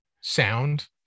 sound